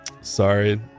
sorry